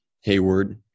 Hayward